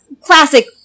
classic